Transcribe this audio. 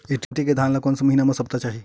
HMT धान ल कोन से महिना म सप्ता चाही?